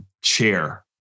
chair